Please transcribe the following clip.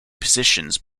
positions